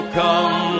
come